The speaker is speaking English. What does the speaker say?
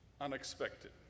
unexpected